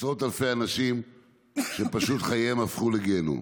ועשרות אלפי אנשים שחייהם הפכו לגיהינום.